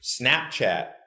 snapchat